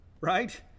Right